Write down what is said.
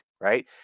right